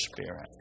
spirit